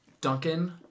Duncan